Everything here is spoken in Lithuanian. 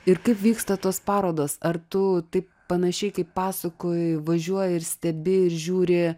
ir kaip vyksta tos parodos ar tu taip panašiai kaip pasakoji važiuoji ir stebi ir žiūri